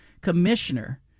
commissioner